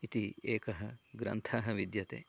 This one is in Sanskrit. इति एकः ग्रन्थः विद्यते